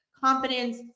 confidence